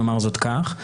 נאמר זאת כך,